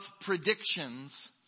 predictions